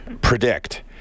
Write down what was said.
predict